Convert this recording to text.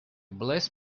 bless